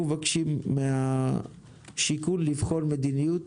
אנחנו מבקשים ממשרד השיכון לבחון מדיניות